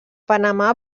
panamà